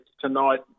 tonight